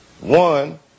One